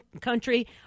country